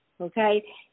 okay